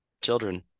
children